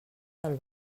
del